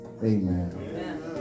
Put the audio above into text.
Amen